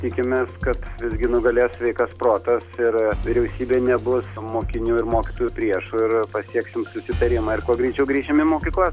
tikimės kad visgi nugalės sveikas protas ir vyriausybė nebus mokinių ir mokytojų priešu ir pasieksime susitarimą ir kuo greičiau grįšim į mokyklas